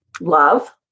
love